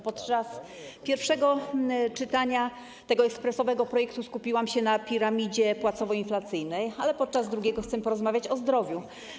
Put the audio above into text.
Podczas pierwszego czytania tego ekspresowego projektu skupiłam się na piramidzie płacowo-inflacyjnej, ale podczas drugiego chcę porozmawiać o zdrowiu.